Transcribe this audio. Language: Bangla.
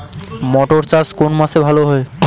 মটর চাষ কোন মাসে ভালো হয়?